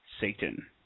Satan